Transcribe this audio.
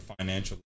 financial